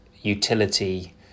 utility